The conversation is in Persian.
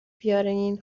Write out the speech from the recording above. بیارین